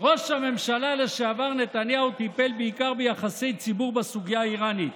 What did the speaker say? "ראש הממשלה לשעבר נתניהו טיפל בעיקר ביחסי ציבור בסוגיה האיראנית,